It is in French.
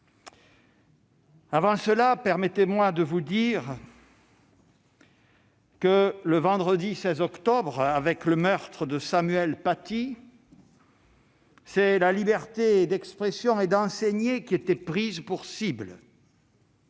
d'abord, permettez-moi de vous dire que le vendredi 16 octobre, avec le meurtre de Samuel Paty, c'est la liberté d'expression et d'enseigner qui étaient prises pour cibles.